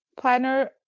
planner